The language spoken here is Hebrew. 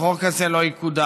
החוק הזה לא יקודם.